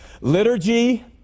Liturgy